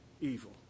evil